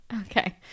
okay